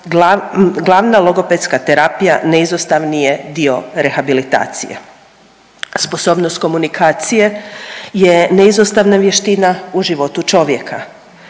glavna logopedska terapija neizostavni je dio rehabilitacije. Sposobnost komunikacije je neizostavna vještina u životu čovjeka,